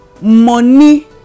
money